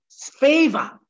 Favor